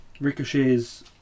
Ricochet's